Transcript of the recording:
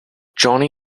johnny